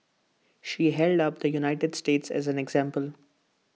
she held up the united states as an example